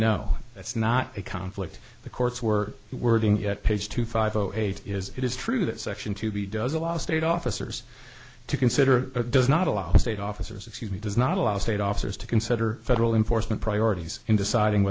no that's not a conflict the courts were wording at page two five zero eight is it is true that section two b does a lot of state officers to consider does not allow state officers excuse me does not allow state officers to consider federal enforcement priorities in deciding